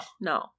No